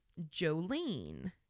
Jolene